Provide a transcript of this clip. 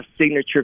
signature